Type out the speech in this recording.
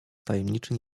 tajemniczy